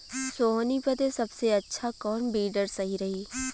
सोहनी बदे सबसे अच्छा कौन वीडर सही रही?